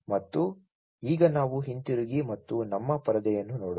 ಮತ್ತು ಈಗ ನಾವು ಹಿಂತಿರುಗಿ ಮತ್ತು ನಮ್ಮ ಪರದೆಯನ್ನು ನೋಡೋಣ